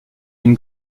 une